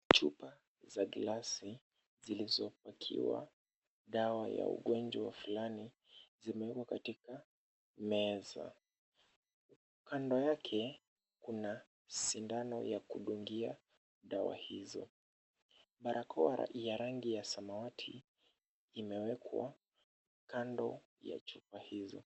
Chupa za glasi zilizopakiwa dawa za ugonjwa fulani zimewekwa katika meza. Kando yake kuna sindano ya kudungia dawa hizo. Barakoa ya rangi ya samawati imewekwa kando ya chupa hizo.